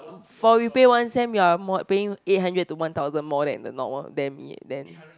for we pay one cent we are more paying eight hundred to one thousand more than the normal demi eh then